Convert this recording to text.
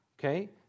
Okay